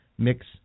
Mix